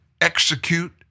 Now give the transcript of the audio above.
execute